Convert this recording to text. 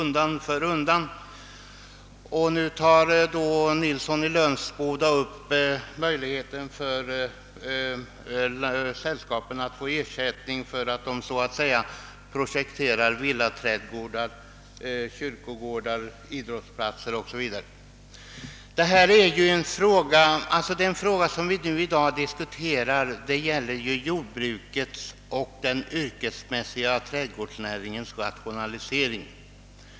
Nu tar herr Nilsson i Lönsboda upp möjligheten för sällskapen att få ersättning för att de så att säga projekterar = villaträdgårdar, kyrkogårdar, idrottsplatser o. s. Vv. Den fråga som vi i dag diskuterar gäller jordbrukets och den yrkesmässiga trädgårdsnäringens rationalisering.